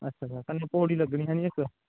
अच्छा खाल्ली पौड़ी लग्गनी इक्क